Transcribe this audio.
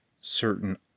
certain